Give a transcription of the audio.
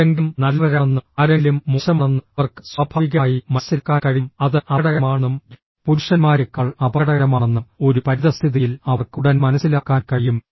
ആരെങ്കിലും നല്ലവരാണെന്നും ആരെങ്കിലും മോശമാണെന്നും അവർക്ക് സ്വാഭാവികമായി മനസ്സിലാക്കാൻ കഴിയും അത് അപകടകരമാണെന്നും പുരുഷന്മാരേക്കാൾ അപകടകരമാണെന്നും ഒരു പരിതസ്ഥിതിയിൽ അവർക്ക് ഉടൻ മനസ്സിലാക്കാൻ കഴിയും